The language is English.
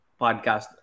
podcast